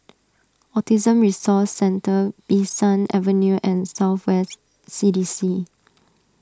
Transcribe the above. Autism Resource Centre Bee San Avenue and South West C D C